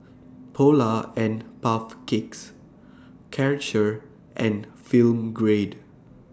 Polar and Puff Cakes Karcher and Film Grade